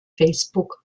facebook